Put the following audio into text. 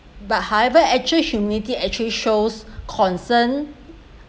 but however actually humility actually shows concern